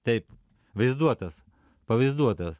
taip vaizduotas pavaizduotas